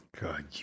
God